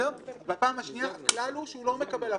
בפעם השנייה הכלל הוא שהוא לא מקבל הפחתה.